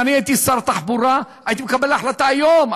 אם אני הייתי שר תחבורה הייתי מקבל החלטה היום,